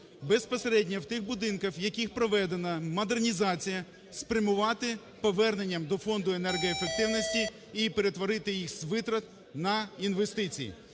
безпосередньо, в тих будинках, в яких проведена модернізація, спрямувати поверненням до Фонду енергоефективності і перетворити їх з витрат на інвестиції.